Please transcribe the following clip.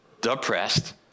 depressed